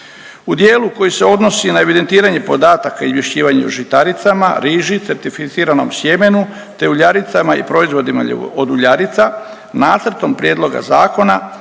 U dijelu koji se odnosi na evidentiranje podataka i izvješćivanje o žitaricama, riži, certificiranom sjemenu, te uljaricama i proizvodima od uljarica nacrtom prijedloga zakona